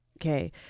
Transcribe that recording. okay